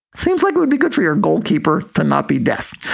seems like it would be good for your goalkeeper to not be deaf.